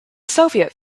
soviet